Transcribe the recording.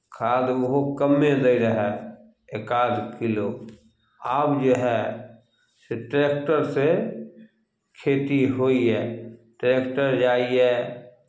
खाद ओहो कमे दैत रहय एक आध किलो आब जे हए से ट्रैक्टरसँ खेती होइए ट्रैक्टर जाइए